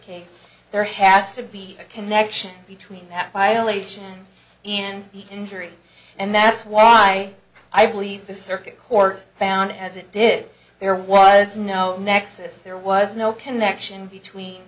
case there has to be a connection between that violation and beat injury and that's why i believe the circuit court found as it did there was no nexus there was no connection between